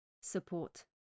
support